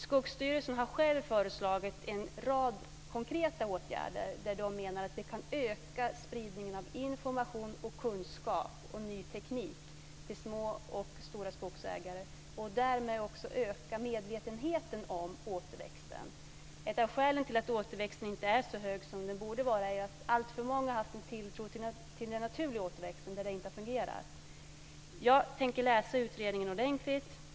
Skogsstyrelsen har själv föreslagit en rad konkreta åtgärder, bl.a. att öka spridningen av information och kunskap om ny teknik till små och stora skogsägare och därmed också öka medvetenheten om återväxten. Ett av skälen till att återväxten inte är så hög som den borde vara är att alltför många har haft en tilltro till en naturlig återväxt där den inte har fungerat. Jag tänker läsa utredningen ordentligt.